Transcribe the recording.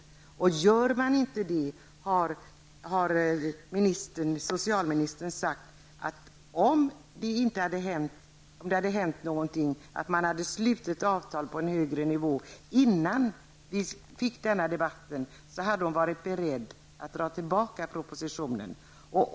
Socialministern har sagt att om man hade slutit avtal på en högre nivå innan vi fick denna debatt, hade hon varit beredd att dra tillbaka propositionen.